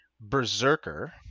Berserker